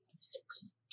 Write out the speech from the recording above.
Six